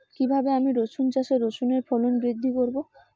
কীভাবে আমি রসুন চাষে রসুনের ফলন বৃদ্ধি করব?